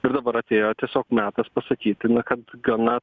ir dabar atėjo tiesiog metas pasakytina kad gana